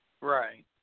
Right